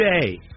today